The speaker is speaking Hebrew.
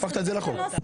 הפכת את זה לחוק.